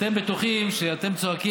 אתם בטוחים שאתם צועקים,